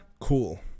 cool